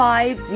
Five